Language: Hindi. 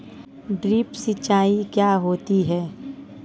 ड्रिप सिंचाई क्या होती हैं?